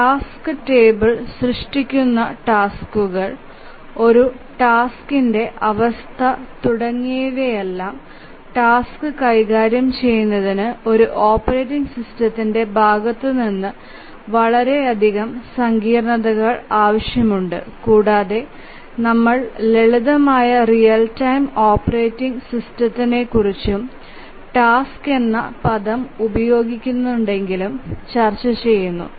task table സൃഷ്ടിക്കുന്ന ടാസ്കുകൾ ഒരു ടാസ്കിന്റെ അവസ്ഥ തുടങ്ങിയവയെല്ലാം ടാസ്ക് കൈകാര്യം ചെയ്യുന്നതിന് ഒരു ഓപ്പറേറ്റിംഗ് സിസ്റ്റത്തിന്റെ ഭാഗത്തുനിന്ന് വളരെയധികം സങ്കീർണതകൾ ആവശ്യമുണ്ട് കൂടാതെ നമ്മൾ ലളിതമായ റിയൽ ടൈം ഓപ്പറേറ്റിംഗ് സിസ്റ്റത്തെക്കുറിച്ചും ടാസ്ക് എന്ന പദം ഉപയോഗിക്കുന്നുണ്ടെങ്കിലും ചർച്ച ചെയ്യുന്നു